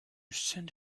send